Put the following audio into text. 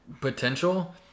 potential